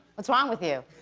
what's wrong with you?